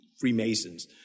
Freemasons